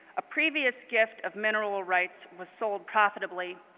a previous gift of mineral rights were sold profitably,